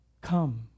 Come